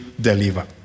deliver